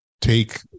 take